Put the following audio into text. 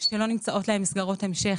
שלא נמצאות להם מסגרות המשך.